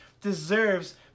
deserves